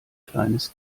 kleines